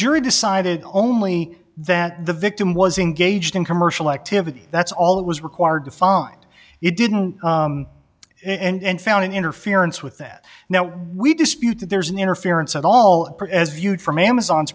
jury decided only that the victim was engaged in commercial activity that's all it was required to find it didn't and found an interference with that now we dispute that there's an interference at all as viewed from amazon